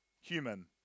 Human